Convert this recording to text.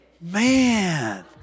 Man